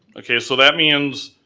okay, so that means